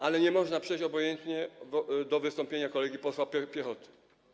Ale nie można przejść obojętnie obok wystąpienia kolegi posła Piechoty.